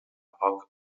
poc